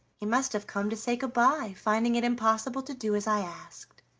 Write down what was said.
he must have come to say good-by, finding it impossible to do as i asked.